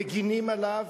מגינים עליו,